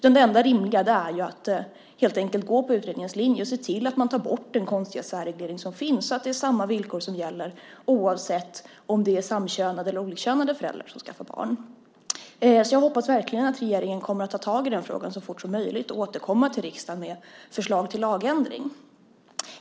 Det enda rimliga är helt enkelt att gå på utredningens linje och se till att man tar bort den konstiga särreglering som finns så att det är samma villkor som gäller oavsett om det är samkönade eller olikkönade föräldrar som skaffar barn. Jag hoppas verkligen att regeringen kommer att ta tag i den frågan så fort som möjligt och återkomma till riksdagen med förslag till lagändring.